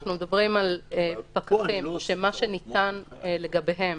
אנחנו מדברים על פקחים, שמה שניתן לגביהם